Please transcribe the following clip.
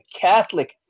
Catholic